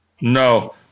No